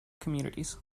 communities